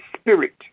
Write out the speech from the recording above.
Spirit